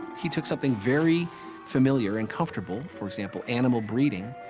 he took something very familiar and comfortable, for example, animal breeding,